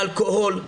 לאלכוהול.